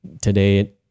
today